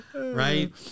Right